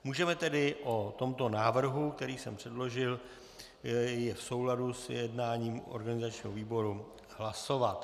Můžeme tedy o tomto návrhu, který jsem předložil v souladu s jednáním organizačního výboru, hlasovat.